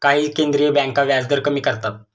काही केंद्रीय बँका व्याजदर कमी करतात